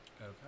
Okay